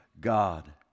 God